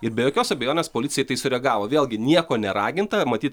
ir be jokios abejonės policija į tai sureagavo vėlgi nieko neraginta matyt